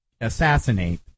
assassinate